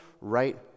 right